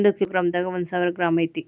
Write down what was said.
ಒಂದ kilogram ದಾಗ ಒಂದ ಸಾವಿರ ಗ್ರಾಂ ಐತಿ